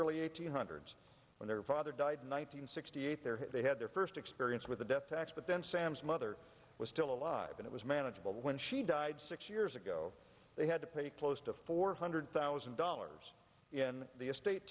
early eight hundred when their father died in one nine hundred sixty eight they had their first experience with the death tax but then sam's mother was still alive and it was manageable when she died six years ago they had to pay close to four hundred thousand dollars in the estate